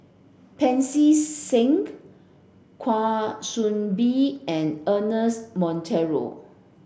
Pancy Seng Kwa Soon Bee and Ernest Monteiro